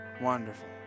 Wonderful